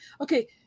Okay